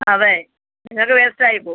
അതെ നിങ്ങൾക്ക് വേസ്റ്റ് ആയി പോവും